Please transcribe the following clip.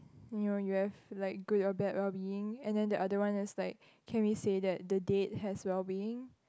you know you have like good or bad well being and then that other one is like can we say that the date has well being